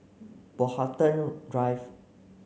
Brockhampton Drive